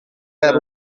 per